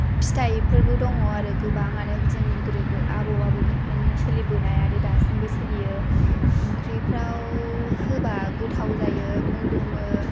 फिथाइफोरबो दङ आरो गोबांआनो जोंनि गोदो आबौ आबैनिफ्रायनो सोलिबोनाय आरो दासिमबो सोलियो ओंख्रिफ्राव होबा गोथाव जायो मोदोमो